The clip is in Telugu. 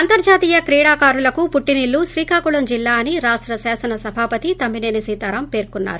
అంతర్హాతీయ క్రీడాకారులకు పుట్టినిల్లు శ్రీకాకుళం జిల్లా అని రాష్ల శాసన సభాపతి తమ్మినేని సీతారాం పేర్కొన్నారు